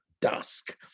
dusk